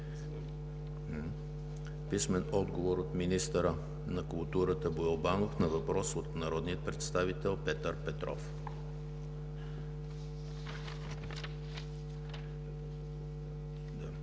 Димов Иванов; - министъра на културата Боил Банов на въпрос от народния представител Петър Петров.